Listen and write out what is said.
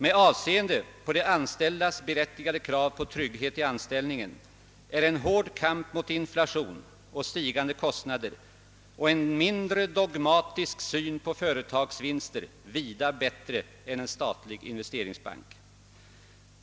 Med avseende på de anställdas berättigade krav på trygghet i anställningen är en hård kamp mot inflation och stigande kostnader och en mindre dogmatisk syn på företagsvinster vida bättre än en statlig investeringsbank.